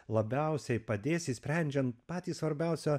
labiausiai padės išsprendžiant patį svarbiausią